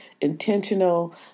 intentional